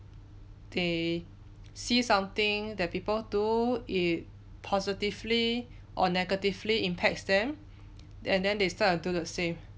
they see something that people do it positively or negatively impacts them and then they start to do the same